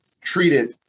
treated